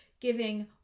giving